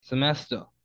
semester